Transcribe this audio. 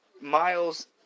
Miles